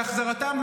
בהחזרתם,